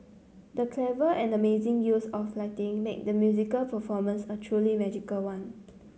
the clever and amazing use of lighting made the musical performance a truly magical one